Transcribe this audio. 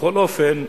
בכל אופן,